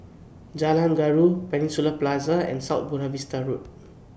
Jalan Gaharu Peninsula Plaza and South Buona Vista Road